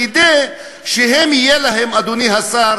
כדי שיהיה להם, אדוני השר,